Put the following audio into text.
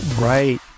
Right